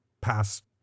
past